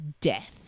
death